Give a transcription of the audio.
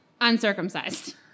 uncircumcised